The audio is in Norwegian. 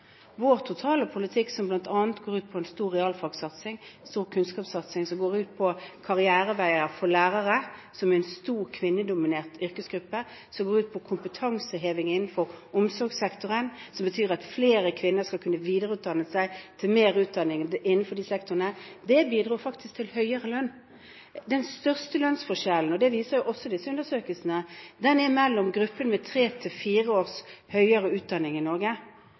Vår totale politikk – som bl.a. går ut på en stor realfagsatsing og kunnskapssatsing, som går ut på karriereveier for lærere, som er en stor kvinnedominert yrkesgruppe, som går ut på kompetanseheving innenfor omsorgssektoren, noe som betyr at flere kvinner skal kunne videreutdanne seg og ta mer utdanning innenfor de sektorene – bidro faktisk til høyere lønn. Den største lønnsforskjellen i Norge – det viser også disse undersøkelsene – er mellom grupper med tre–fire års høyere utdanning.